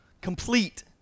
Complete